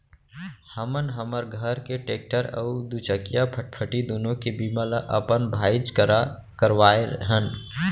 हमन हमर घर के टेक्टर अउ दूचकिया फटफटी दुनों के बीमा ल अपन भाईच करा करवाए हन